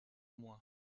moi